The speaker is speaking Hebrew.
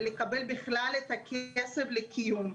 ולקבל בכלל את הכסף לקיום.